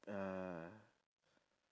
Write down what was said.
uh